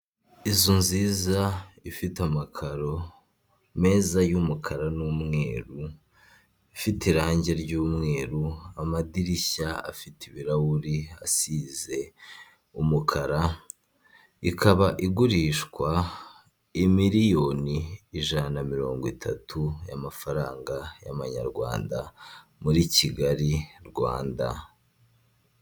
Inzu nziza ifite amakaro meza y'umukara n'umweru, ifite irange ry'umweru, amadirishya afite ibirahuri asize umukara, ikaba igurishwa imiliyoni ijana na mirongo itatu y'amafaranga y'amanyarwanda muri Kigali Rwanda.